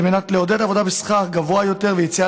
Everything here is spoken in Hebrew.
על מנת לעודד עבודה בשכר גבוה יותר ויציאה